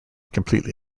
completely